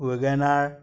Wagon R